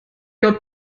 der